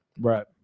right